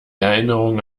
erinnerung